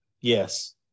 Yes